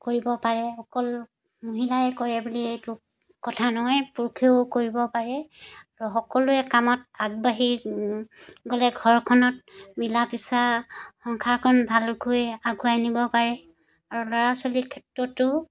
কৰিব পাৰে অকল মহিলাই কৰে বুলি এইটো কথা নহয় পুৰুষেও কৰিব পাৰে আৰু সকলোৱে কামত আগবাঢ়ি গ'লে ঘৰখনত মিলা পিচা সংসাৰখন ভালকৈ আগুৱাই নিব পাৰে আৰু ল'ৰা ছোৱালীৰ ক্ষেত্ৰতো